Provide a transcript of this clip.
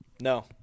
no